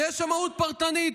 יש שמאות פרטנית.